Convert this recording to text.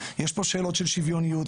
יש פה שאלות של שוויוניות,